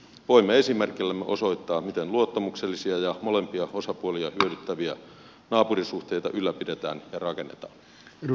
voimme esimerkillämme osoittaa miten luottamuksellisia ja molempia osapuolia hyödyttäviä naapurisuhteita ylläpidetään ja rakennetaan